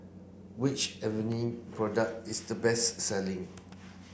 which Avene product is the best selling